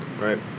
right